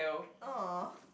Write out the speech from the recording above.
!aww!